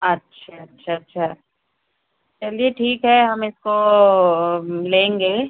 अच्छा अच्छा अच्छा चलिए ठीक है हम इसको हम लेंगे